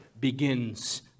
begins